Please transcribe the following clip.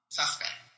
suspect